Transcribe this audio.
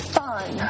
fun